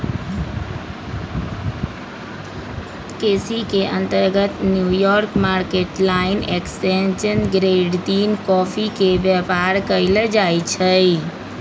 केसी के अंतर्गत New York mercantile exchange grade तीन कॉफी के व्यापार कएल जाइ छइ